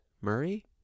Murray